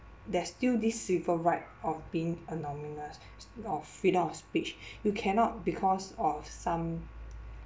there's still this civil right of being or freedom of speech you cannot because of some